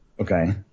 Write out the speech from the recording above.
Okay